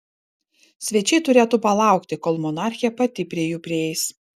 svečiai turėtų palaukti kol monarchė pati prie jų prieis